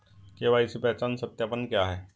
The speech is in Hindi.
के.वाई.सी पहचान सत्यापन क्या है?